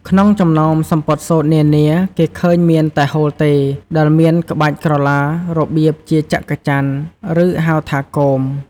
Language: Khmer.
ក្នុងចំណោមសំពត់សូត្រនានា គេឃើញមានតែហូលទេ ដែលមានក្បាច់ក្រឡារបៀបជាច័ក្កច័ន ឬហៅថា “គោម”។